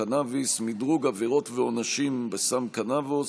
מדרוג עבירות ועונשים בסם קנבוס),